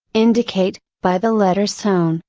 indicate, by the letter's tone,